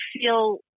feel